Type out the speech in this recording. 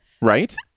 Right